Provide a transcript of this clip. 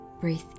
Breathe